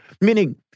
meaning